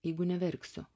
jeigu neverksiu